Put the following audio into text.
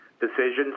decisions